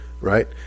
right